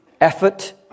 effort